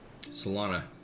Solana